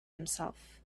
himself